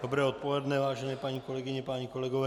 Dobré odpoledne, vážené paní kolegyně, páni kolegové.